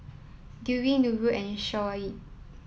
Dewi Nurul and Shoaib